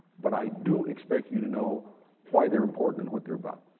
but i do expect you to know why they're important and what they're about.